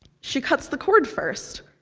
she cuts the cord first.